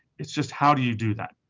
it's just how do you do that.